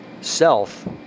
self